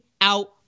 out